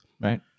right